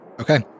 Okay